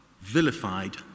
vilified